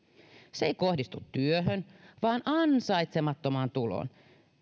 se ei kohdistu työhön vaan ansaitsemattomaan tuloon